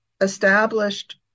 established